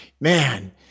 Man